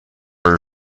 her